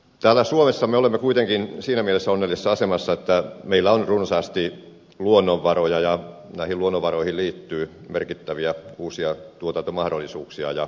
täällä suomessa me olemme kuitenkin siinä mielessä onnellisessa asemassa että meillä on runsaasti luonnonvaroja ja näihin luonnonvaroihin liittyy merkittäviä uusia tuotantomahdollisuuksia ja markkinoita